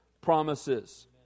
promises